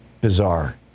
Bizarre